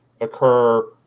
occur